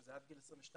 שזה עד גיל 22,